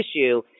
issue